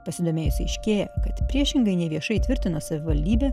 pasidomėjus aiškėja kad priešingai nei viešai tvirtina savivaldybė